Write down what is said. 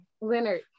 Leonard